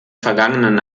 vergangenen